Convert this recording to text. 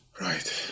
right